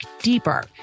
deeper